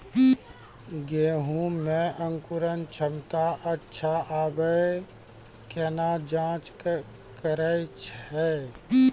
गेहूँ मे अंकुरन क्षमता अच्छा आबे केना जाँच करैय छै?